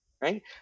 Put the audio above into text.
right